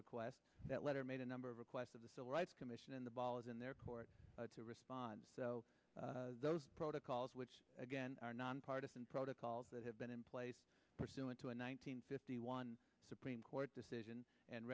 request that letter made a number of requests of the civil rights commission and the ball is in their court to respond to those protocols which again are nonpartizan protocols that have been in place pursuant to a nine hundred fifty one supreme court decision and